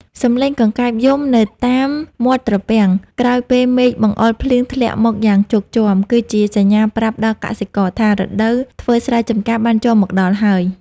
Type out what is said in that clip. សំឡេងកង្កែបយំនៅតាមមាត់ត្រពាំង ក្រោយពេលមេឃបង្អុរភ្លៀងធ្លាក់មកយ៉ាងជោគជាំ គឺជាសញ្ញាប្រាប់ដល់កសិករថា រដូវធ្វើស្រែចម្ការបានចូលមកដល់ហើយ។